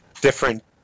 different